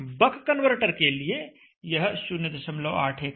बक converter के लिए यह 081 है